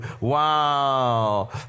Wow